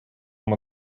нам